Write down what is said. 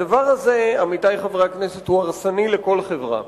הדבר הזה, עמיתי חברי הכנסת, הוא הרסני לכל חברה,